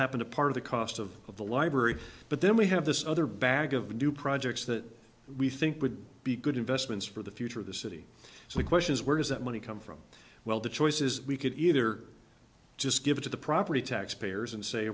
happen a part of the cost of of the library but then we have this other bag of new projects that we think would be good investments for the future of the city so the question is where does that money come from well the choices we could either just give it to the property tax payers and say